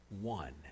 one